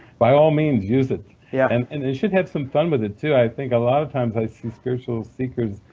by all means use it. yeah and and you should have some fun with it too. i think a lot of times i see spiritual seekers,